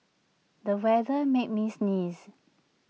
the weather made me sneeze